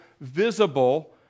visible